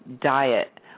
diet